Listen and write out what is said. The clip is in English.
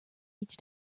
each